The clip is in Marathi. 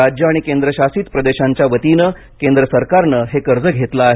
राज्य आणि केंद्रशासित प्रदेशांच्या वतीनं केंद्र सरकारनं हे कर्ज घेतलं आहे